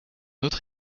autre